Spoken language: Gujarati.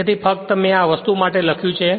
તેથી ફક્ત મેં આ વસ્તુ માટે લખ્યું છે